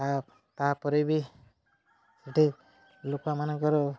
ତା' ତାପରେ ବି ସେଠି ଲୋକମାନଙ୍କର